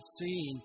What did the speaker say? seen